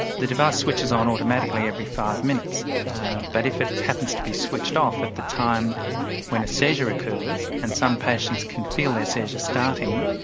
the device switches on automatically every five minutes but if it happens to be switched off at the time when a seizure occurs and some patients can feel their seizures starting,